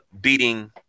beating